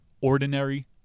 Ordinary